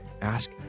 Ask